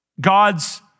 God's